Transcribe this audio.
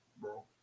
bro